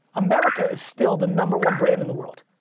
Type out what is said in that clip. america is still the number one brand in the world.